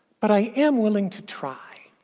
but i am willing to try.